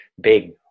big